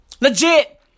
Legit